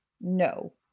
No